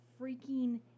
freaking